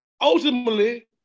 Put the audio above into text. ultimately